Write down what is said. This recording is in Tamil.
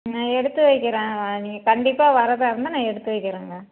நான் எடுத்து வைக்கிறேன் வாங்க கண்டிப்பாக வரதாக இருந்தால் நான் எடுத்து வைக்கிறேங்க